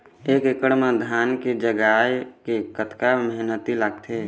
एक एकड़ म धान के जगोए के कतका मेहनती लगथे?